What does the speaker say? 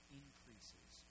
increases